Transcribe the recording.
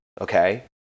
okay